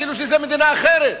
כאילו שזו מדינה אחרת.